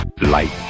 Light